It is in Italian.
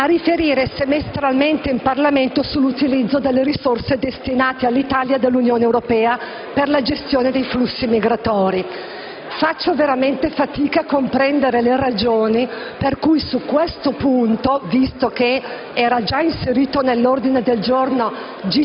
a riferire semestralmente in Parlamento sull'utilizzo delle risorse dell'Unione europea destinate all'Italia per la gestione dei flussi migratori. Faccio veramente fatica a comprendere le ragioni per cui, visto che questo punto era già inserito nell'ordine del giorno